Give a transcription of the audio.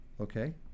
Okay